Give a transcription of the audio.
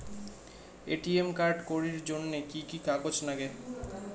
ATM card করির জন্যে কি কি কাগজ নাগে?